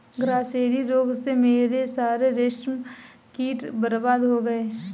grasserie रोग से मेरे सारे रेशम कीट बर्बाद हो गए